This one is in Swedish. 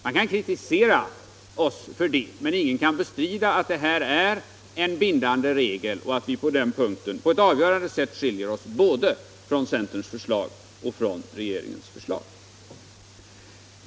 Man kan kritisera oss för det, men ingen kan bestrida att detta är en bindande regel och att vårt förslag på ett avgörande sätt skiljer sig både från centerpartiets förslag och från regeringens förslag.